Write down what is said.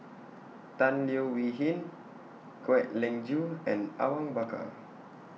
Tan Leo Wee Hin Kwek Leng Joo and Awang Bakar